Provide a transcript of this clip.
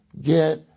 get